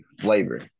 flavor